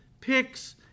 picks